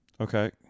Okay